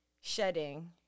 shedding